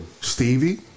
Stevie